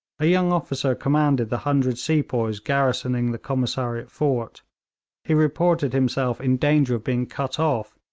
a young officer commanded the hundred sepoys garrisoning the commissariat fort he reported himself in danger of being cut off,